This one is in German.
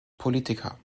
politiker